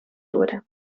wurde